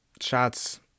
shots